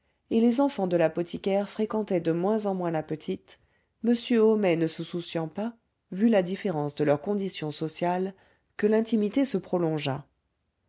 et les enfants de l'apothicaire fréquentaient de moins en moins la petite m homais ne se souciant pas vu la différence de leurs conditions sociales que l'intimité se prolongeât